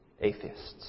atheists